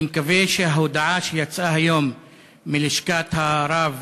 אני מקווה שההודעה שיצאה היום מלשכת הרב